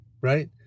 right